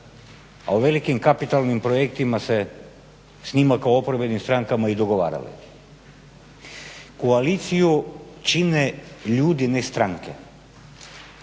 o velikim kapitalnim projektima s njima kao oporbenim strankama i dogovarali. Koaliciju čine ljudi, ne stranke.